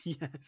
Yes